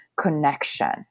connection